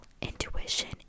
intuition